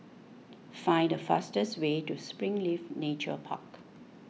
find the fastest way to Springleaf Nature Park